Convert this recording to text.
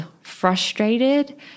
frustrated